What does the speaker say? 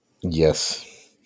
yes